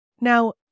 Now